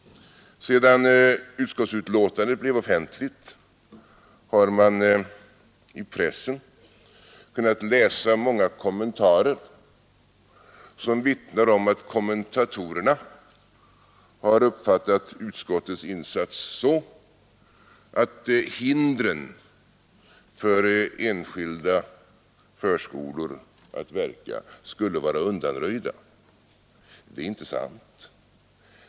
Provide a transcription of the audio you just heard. Sedan utskottsbetänkandet blev offentligt, har man i pressen kunnat läsa många kommentarer, som vittnar om att kommentatorerna uppfattat utskottets insats så, att hindren för enskilda förskolor att verka skulle vara undanröjda. Det är inte sant.